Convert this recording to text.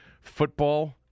football